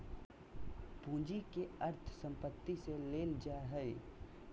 पूंजी के अर्थ संपत्ति से लेल जा हइ